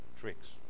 tricks